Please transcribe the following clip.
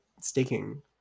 staking